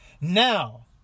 Now